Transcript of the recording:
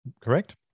Correct